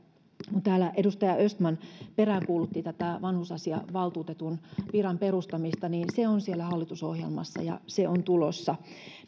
kun täällä edustaja östman peräänkuulutti tätä vanhusasiavaltuutetun viran perustamista niin se on siellä hallitusohjelmassa se on tulossa